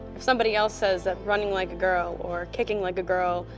if somebody else says that running like a girl, or kicking like a girl,